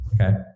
okay